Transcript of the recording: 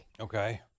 Okay